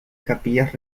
capillas